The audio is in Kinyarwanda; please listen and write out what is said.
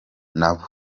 nabo